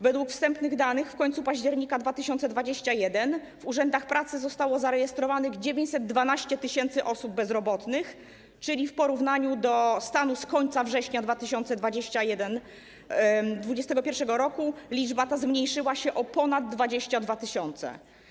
Według wstępnych danych w końcu października 2021 r. w urzędach pracy zostało zarejestrowanych 912 tys. osób bezrobotnych, czyli w porównaniu ze stanem z końca września 2021 r. liczba ta zmniejszyła się o ponad 22 tys.